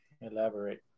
elaborate